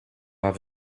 have